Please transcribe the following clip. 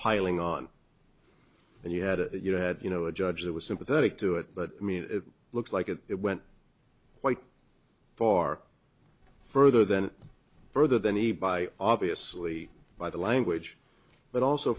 piling on and you had a you know had you know a judge that was sympathetic to it but i mean it looks like it went quite far further than further than he by obviously by the language but also